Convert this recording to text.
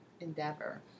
endeavor